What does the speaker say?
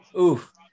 Oof